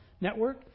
Network